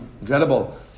Incredible